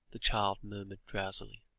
the child murmured drowsily.